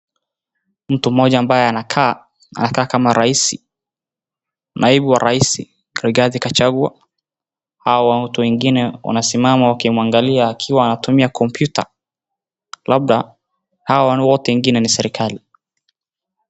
Mtu mmoja ambaye anakaa, anakaa kama raisi, naibu wa raisi Rigathi Gachagua. Hawa watu wengine wanasimama wakimwangalia akiwa anatumia computer .Labda hawa wengine wote ni serikali.